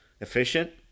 efficient